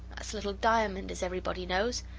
that's little diamond as everybody knows,